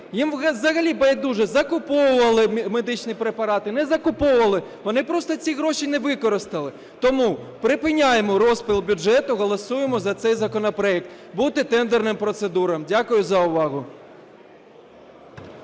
Їм взагалі байдуже, закуповували медичні препарати, не закуповували, вони просто ці гроші не використали. Тому припиняємо розпил бюджету, голосуємо за цей законопроект. Бути тендерним процедурам. Дякую за увагу.